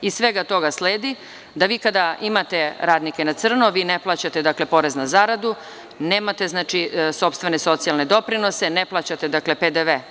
Iz svega toga sledi da vi kada imate radnike na crno ne plaćate porez na zaradu, nemate sopstvene socijalne doprinose, ne plaćate PDV.